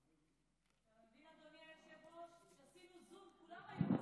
אתה מבין, אדוני היושב-ראש, כשעשינו זום כולם היו.